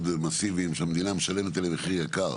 מאסיביים שהמדינה משלמת עליהם מחיר יקר.